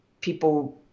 people